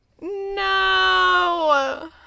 No